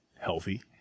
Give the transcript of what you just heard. healthy